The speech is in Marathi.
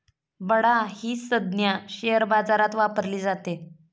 बडा ही संज्ञा शेअर बाजारात वापरली जाते